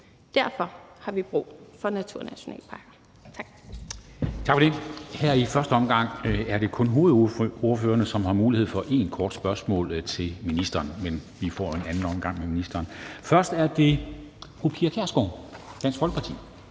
Derfor har vi brug for naturnationalparker.